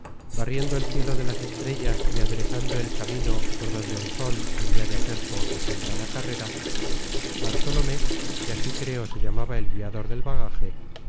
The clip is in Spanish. barriendo el cielo de las estrellas y aderezando el camino por donde el sol habia de hacer su acostumbrada carrera bartolomé que así creo se llamaba el guiador del bagaje